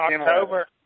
October